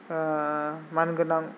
मानगोनां